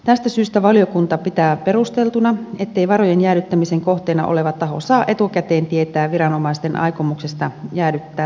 tästä syystä valiokunta pitää perusteltuna ettei varojen jäädyttämisen kohteena oleva taho saa etukäteen tietää viranomaisten aikomuksesta jäädyttää varoja